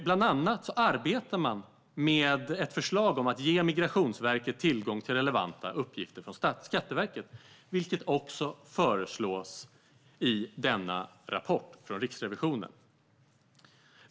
Bland annat arbetar man med ett förslag om att ge Migrationsverket tillgång till relevanta uppgifter från Skatteverket, vilket också föreslås i denna rapport från Riksrevisionen.